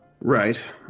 Right